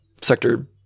sector